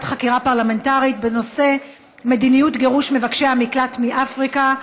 חקירה פרלמנטרית בנושא מדיניות גירוש מבקשי המקלט מאפריקה,